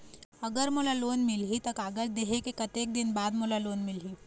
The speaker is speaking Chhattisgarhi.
अगर मोला लोन मिलही त कागज देहे के कतेक दिन बाद मोला लोन मिलही?